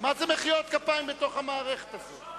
מה זה מחיאות כפיים בתוך המערכת הזאת?